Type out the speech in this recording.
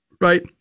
Right